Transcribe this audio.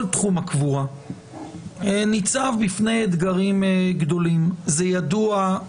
תחום הקבורה ניצב בפני אתגרים גדולים - זה ידוע.